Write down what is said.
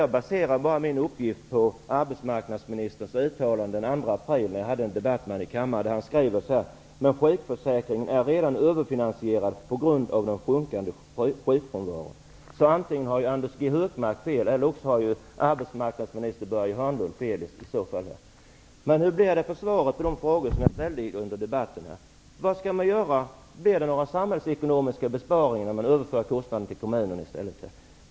Jag baserar mina uppgifter på arbetsmarknadsministerns uttalande den 2 april i debatten här i riksdagen. Han sade att sjukförsäkringen redan är överfinansierad på grund av den sjunkande sjukfrånvaron. Antingen har Anders G Högmark fel, eller också har arbetsmarknadsminister Börje Hörnlund fel. Hur blir det med svaren på de frågor som jag ställde under debatten? Blir det några samhällsekonomiska besparingar genom att man överför kostnaderna till kommuner i stället?